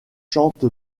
chante